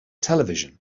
television